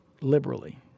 liberally